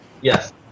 Yes